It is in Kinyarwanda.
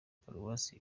paruwasi